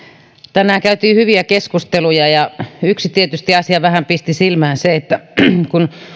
tänään käytiin hyviä keskusteluja mutta yksi asia tietysti vähän pisti silmään ja se on se että kun